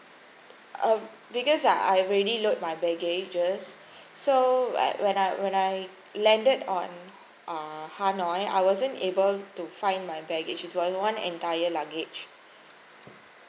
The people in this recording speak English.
uh because uh I've already load my baggages so when I when I landed on uh hanoi I wasn't able to find my baggage it's one entire luggage